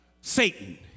Satan